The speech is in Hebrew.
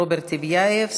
רוברט טיבייב,